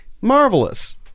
Marvelous